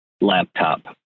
laptop